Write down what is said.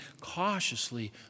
cautiously